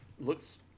looks